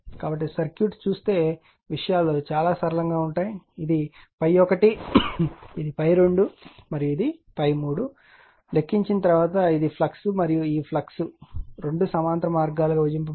కాబట్టి సర్క్యూట్ చూస్తే విషయాలు చాలా సరళంగా ఉంటాయి ఇది ∅1 ఇది ∅2 మరియు ఇది ∅3 అని లెక్కించిన తర్వాత ఇది ఫ్లక్స్ మరియు ఈ ఫ్లక్స్ రెండు సమాంతర మార్గాలు గా విభజించబడింది